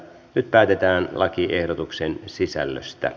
nyt päätetään lakiehdotuksen sisällöstä